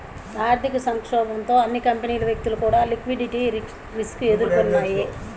ఆర్థిక సంక్షోభంతో అన్ని కంపెనీలు, వ్యక్తులు కూడా లిక్విడిటీ రిస్క్ ఎదుర్కొన్నయ్యి